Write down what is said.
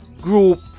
group